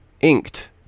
inked